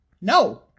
No